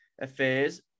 affairs